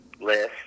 list